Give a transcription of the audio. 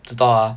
知道啊